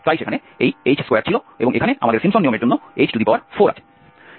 তাই সেখানে এই h2 ছিল এবং এখানে আমাদের সিম্পসন নিয়মের জন্য h4 আছে